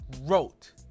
wrote